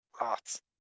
lots